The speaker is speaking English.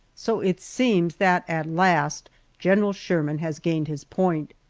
so it seems that at last general sherman has gained his point.